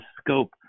scope